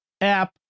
app